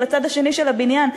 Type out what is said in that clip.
או לצד השני של הבניין,